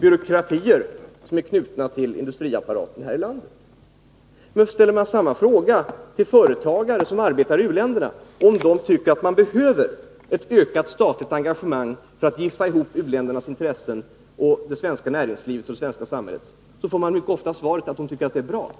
byråkratier som är knutna till industriapparaten här i landet. Ställer man samma fråga till företagare som arbetar i u-länderna om de tycker att man behöver ett ökat statligt engagemang för att binda ihop u-ländernas intressen med det svenska näringslivet och det svenska samhället, får man mycket ofta svaret att de tycker att det är bra.